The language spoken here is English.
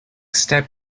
step